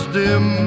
dim